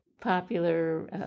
popular